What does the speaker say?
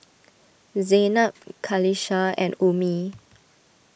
Zaynab Qalisha and Ummi